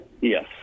Yes